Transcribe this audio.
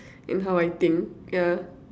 and how I think yeah